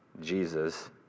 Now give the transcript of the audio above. Jesus